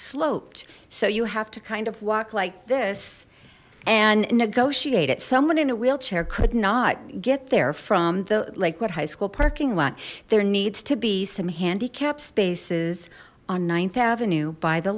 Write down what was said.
sloped so you have to kind of walk like this and negotiate it someone in a wheelchair could not get there from the lakewood high school parking lot there needs to be some handicap spaces on th avenue by the